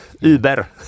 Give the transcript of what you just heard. Uber